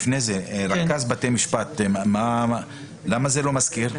רכז בתי המשפט, למה זה לא מזכיר?